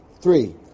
Three